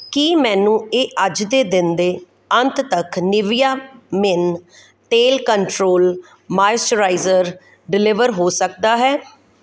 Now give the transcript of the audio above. ਕੀ ਮੈਨੂੰ ਇਹ ਅੱਜ ਦਿਨ ਦੇ ਅੰਤ ਤੱਕ ਨੀਵੀਆ ਮੇਨ ਤੇਲ ਕੰਟਰੋਲ ਮਾਇਸਚਰਾਈਜ਼ਰ ਡਿਲੀਵਰ ਹੋ ਸਕਦਾ ਹੈ